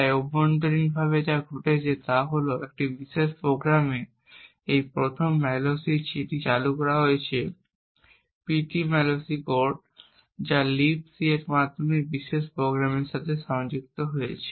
তাই অভ্যন্তরীণভাবে যা ঘটেছে তা হল যে এই বিশেষ প্রোগ্রামে এই প্রথম malloc যেটি চালু করা হয়েছে ptmalloc কোড যা libc এর মাধ্যমে এই বিশেষ প্রোগ্রামের সাথে সংযুক্ত হয়েছে